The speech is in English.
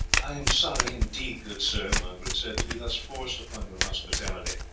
i am sorry indeed, good sir, margaret said, to be thus forced upon your hospitality,